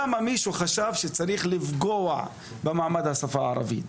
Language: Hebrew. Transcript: למה מישהו חשב שצריך לפגוע במעמד השפה הערבית.